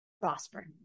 prosper